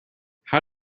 how